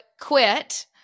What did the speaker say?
quit